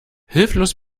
hilflos